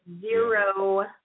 zero